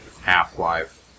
Half-Life